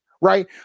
Right